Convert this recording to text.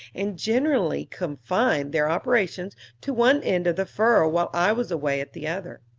and generally confined their operations to one end of the furrow while i was away at the other.